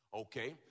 Okay